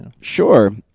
Sure